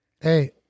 Hey